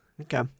Okay